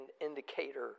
indicator